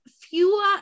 fewer